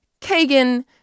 Kagan